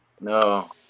No